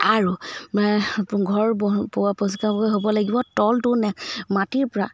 আৰু ঘৰ পৰিষ্কাৰ হ'ব লাগিব তলটো নে মাটিৰ পৰা